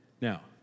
Now